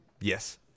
yes